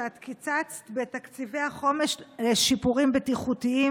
שאת קיצצת בתקציבי החומש לשיפורים בטיחותיים